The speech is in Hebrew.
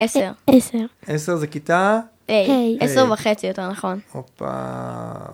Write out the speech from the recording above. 10, 10, 10 זה כיתה ה'. 10 וחצי יותר נכון.